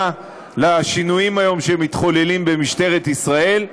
לשינויים שמתחוללים היום במשטרת ישראל.